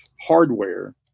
hardware